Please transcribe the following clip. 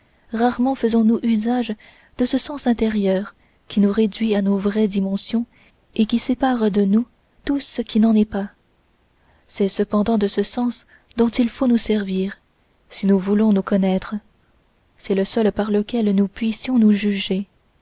rarement faisons-nous usage de ce sens intérieur qui nous réduit à nos vraies dimensions et qui sépare de nous tout ce qui n'en est pas c'est cependant de ce sens dont il faut nous servir si nous voulons nous connaître c'est le seul par lequel nous puissions nous juger